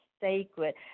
sacred